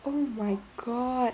oh my god